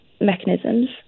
mechanisms